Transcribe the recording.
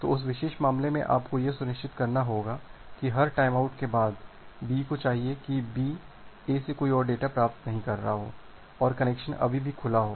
तो उस विशेष मामले में आपको यह सुनिश्चित करना होगा कि हर टाइमआउट के बाद B को चाहिए की B A से कोई और डेटा प्राप्त नहीं कर रहा हो और कनेक्शन अभी भी खुला हो